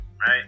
right